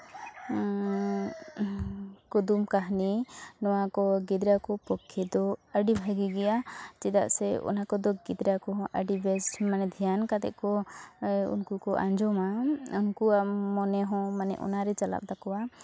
ᱠᱩᱫᱩᱢ ᱠᱟᱹᱦᱱᱤ ᱱᱚᱣᱟ ᱠᱚ ᱜᱤᱫᱽᱨᱟᱹ ᱠᱚ ᱯᱚᱠᱠᱷᱮ ᱫᱚ ᱟᱹᱰᱤ ᱵᱷᱟᱹᱜᱤ ᱜᱮᱭᱟ ᱪᱮᱫᱟᱜ ᱥᱮ ᱚᱱᱟ ᱠᱚᱫᱚ ᱜᱤᱫᱽᱨᱟᱹ ᱠᱚᱦᱚᱸ ᱟᱹᱰᱤ ᱵᱮᱥ ᱢᱟᱱᱮ ᱫᱷᱮᱭᱟᱱ ᱠᱟᱛᱮ ᱠᱚ ᱩᱱᱠᱩ ᱠᱚ ᱟᱸᱡᱚᱢᱟ ᱩᱱᱠᱩᱣᱟᱜ ᱢᱚᱱᱮ ᱦᱚᱸ ᱢᱟᱱᱮ ᱚᱱᱟ ᱨᱮ ᱪᱟᱞᱟᱜ ᱛᱟᱠᱚᱣᱟ